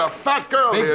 ah fat girl yeah